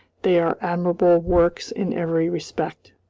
they are admirable works in every respect.